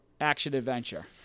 action-adventure